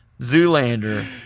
Zoolander